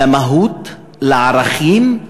למהות, לערכים,